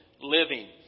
Living